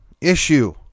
issue